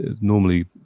Normally